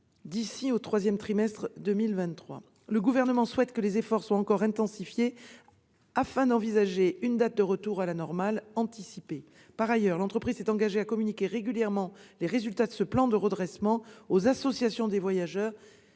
d'ici au troisième trimestre de 2023. Le Gouvernement souhaite que les efforts soient encore intensifiés afin d'envisager une date de retour à la normale anticipée. De surcroît, l'entreprise s'est engagée à communiquer régulièrement les résultats de ce plan de redressement aux associations de voyageurs